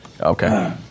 Okay